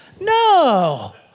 no